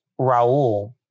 Raul